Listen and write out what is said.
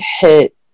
hit